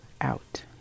out